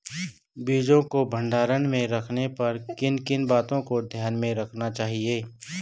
बीजों को भंडारण में रखने पर किन किन बातों को ध्यान में रखना चाहिए?